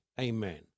Amen